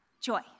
joy